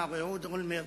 מר אהוד אולמרט,